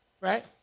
right